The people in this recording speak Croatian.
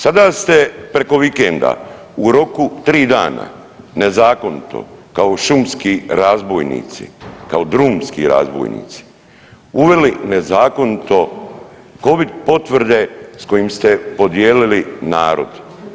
Sada ste preko vikenda u roku 3 dana nezakonito, kao šumski razbojnici, kao drumski razbojnici uveli nezakonito Covid potvrde s kojim ste podijelili narod.